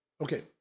Okay